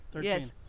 yes